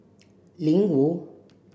Ling Wu